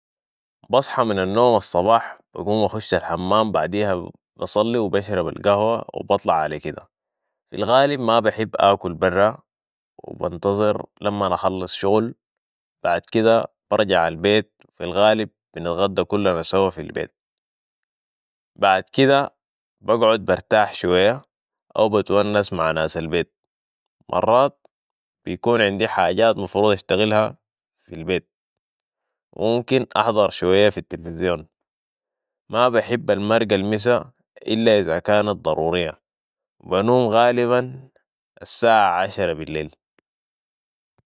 بصحى من النوم الصباح، بقوم اخش الحمام بعديها بصلي و بشرب القهوة و بطلع علي كدة. في الغالب ما بحب اكل برة و بنتظر لمن اخلص شغل بعد كدة برجع البيت في الغالب بنتغدى كلنا سوى في البيت. بعد كدة، بقعد برتاح شوية، او بتونس مع ناس البيتز مرات بكون عندي حاجات مفروض اشتغلها في البيت و ممكن احضر شوية في التلفزيون. ما بحب المرقة المساء الا اذا كانت ضرورية. بنوم غالبا الساعة عشرة بالليل.